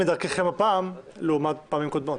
את דרככם הפעם לעומת פעמים קודמות,